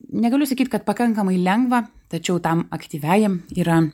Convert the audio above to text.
negaliu sakyt kad pakankamai lengva tačiau tam aktyviajam yra